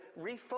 refocus